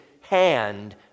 hand